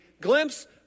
glimpse